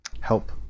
help